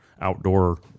outdoor